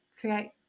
create